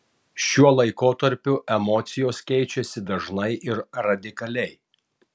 šiuo laikotarpiu emocijos keičiasi dažnai ir radikaliai